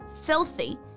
Filthy